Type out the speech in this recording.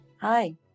Hi